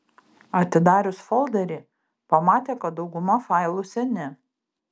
atidarius folderį pamatė kad dauguma failų seni